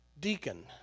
deacon